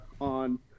on